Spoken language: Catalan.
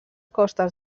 costes